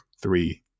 three